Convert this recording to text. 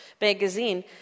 magazine